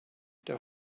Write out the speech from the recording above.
their